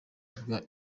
bwa